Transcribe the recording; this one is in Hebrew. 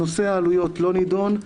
נושא העלויות לא נידון.